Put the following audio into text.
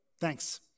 Thanks